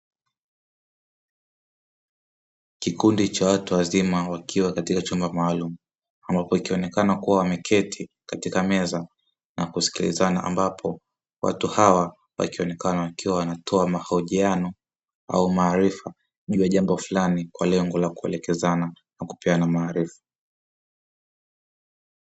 Kikundi cha watu wazima wakiwa katika chumba maalumu, ambapo wakionekana kuwa wameketi katika meza na kusikilizana, ambapo watu hawa wakionekana wakiwa wanatoa mahojiano au maarifa juu ya jambo fulani kwa lengo la kuelekezana na kupeana maarifa.